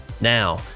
Now